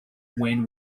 when